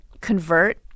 convert